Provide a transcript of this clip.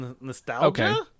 nostalgia